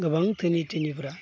गोबां धोनि धोनिफ्रा